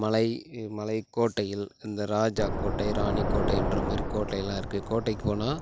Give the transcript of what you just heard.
மலை மலைக்கோட்டையில் இந்த ராஜா கோட்டை ராணி கோட்டை என்ற மாதிரி கோட்டைகள்லாம் இருக்குது கோட்டைக்கு போனால்